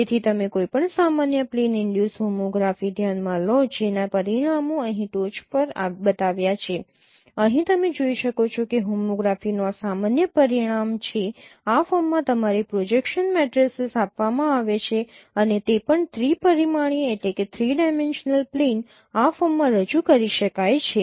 તેથી તમે કોઈપણ સામાન્ય પ્લેન ઈનડ્યુસ હોમોગ્રાફી ધ્યાનમાં લો જેનાં પરિણામો અહીં ટોચ પર બતાવ્યા છે અહીં તમે જોઈ શકો છો કે હોમોગ્રાફીનું આ સામાન્ય પરિણામ છે આ ફોર્મમાં તમારી પ્રોજેક્શન મેટ્રિસીસ આપવામાં આવે છે અને તે પણ ત્રિ પરિમાણીય પ્લેન આ ફોર્મમાં રજૂ કરી શકાય છે